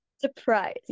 Surprise